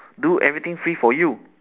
do everything free for you